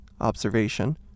observation